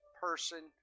person